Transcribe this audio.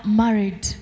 married